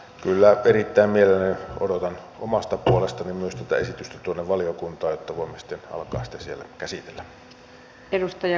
kyllä erittäin mielelläni odotan myös omasta puolestani tätä esitystä tuonne valiokuntaan että voimme sitten alkaa sitä siellä käsitellä